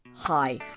Hi